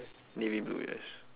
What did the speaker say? navy blue yes